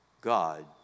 God